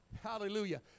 Hallelujah